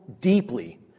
deeply